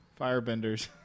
Firebenders